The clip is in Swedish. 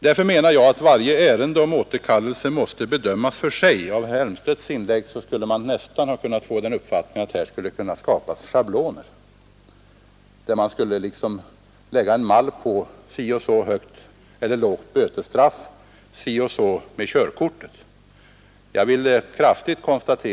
Därför menar jag att varje ärende om återkallelse måste bedömas för sig. Av herr Elmstedts inlägg kunde man nästan få den uppfattningen att här skulle kunna skapas schabloner enligt vilka så eller så högt eller lågt bötesstraff skulle föranleda det eller det beslutet beträffande körkortet.